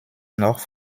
noch